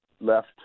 left